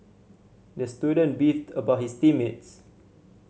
the student beefed about his team mates